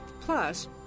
Plus